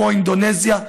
כמו אינדונזיה,